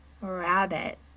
rabbit